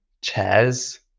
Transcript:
chairs